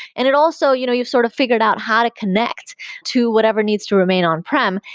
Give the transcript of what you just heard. and it also you know you sort of figured out how to connect to whatever needs to remain on-prem,